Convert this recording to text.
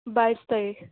বাইছ তাৰিখ